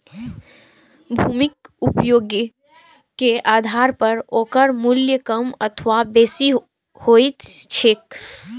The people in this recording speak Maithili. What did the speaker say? भूमिक उपयोगे के आधार पर ओकर मूल्य कम अथवा बेसी होइत छैक